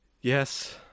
Yes